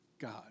God